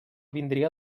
vindria